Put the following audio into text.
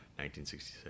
1966